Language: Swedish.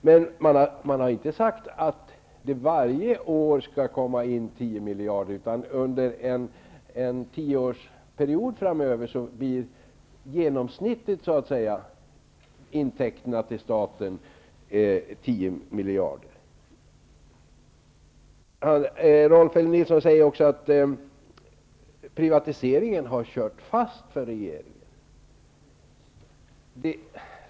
Men man har inte sagt att det varje år skall komma in tio miljarder. Under en tioårsperiod skall intäkterna till staten vara i genomsnitt tio miljarder. Rolf L Nilson säger vidare att privatiseringen har kört fast för regeringen.